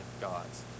gods